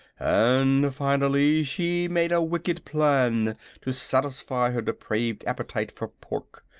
and finally she made a wicked plan to satisfy her depraved appetite for pork.